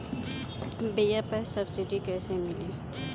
बीया पर सब्सिडी कैसे मिली?